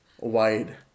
wide